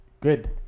good